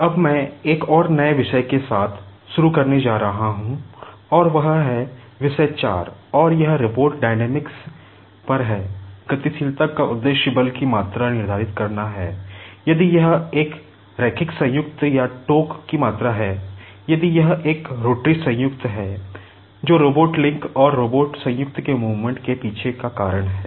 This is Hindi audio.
अब मै एक और नए विषय के साथ शुरू करने जा रहा हूं औऱ वह हैं विषय 4 और यह रोबोट डायनेमिक्स के पीछे का कारण है